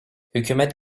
hükümet